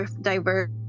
diverse